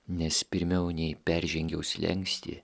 nes pirmiau nei peržengiau slenkstį